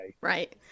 Right